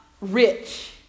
rich